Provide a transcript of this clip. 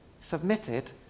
submitted